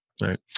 right